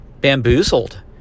bamboozled